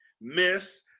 Miss